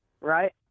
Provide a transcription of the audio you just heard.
Right